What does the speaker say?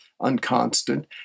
unconstant